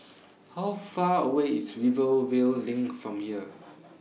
How Far away IS Rivervale LINK from here